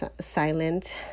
silent